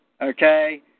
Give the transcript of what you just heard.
okay